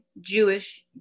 Jewish